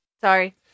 Sorry